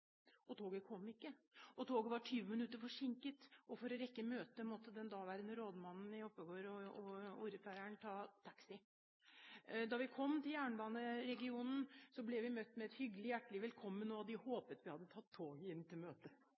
ikke, det var 20 minutter forsinket. For å rekke møtet måtte den daværende rådmannen og ordføreren i Oppegård ta taxi. Da vi kom til jernbaneregionen, ble vi møtt med et hyggelig og hjertelig velkommen, og de håpet vi hadde tatt toget inn til